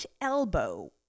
elbow